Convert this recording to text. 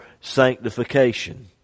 sanctification